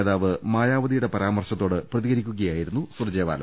നേതാവ് മായാവതിയുടെ പരാമർശത്തോട് പ്രതികരിക്കുകയായിരുന്നു സുർജേ വാല